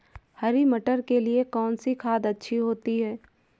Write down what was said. हरी मटर के लिए कौन सी खाद अच्छी होती है?